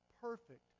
perfect